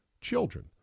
children